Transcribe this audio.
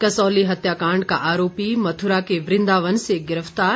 कसौली हत्याकांड का आरोपी मथुरा के वृंदावन से गिरफ्तार